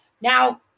now